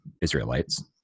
Israelites